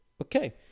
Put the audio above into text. Okay